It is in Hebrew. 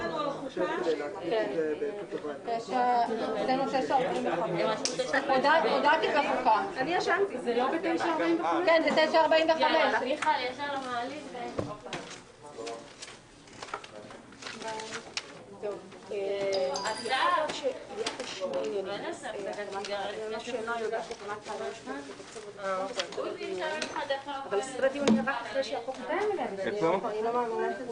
ננעלה בשעה 09:40.